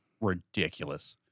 ridiculous